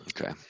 Okay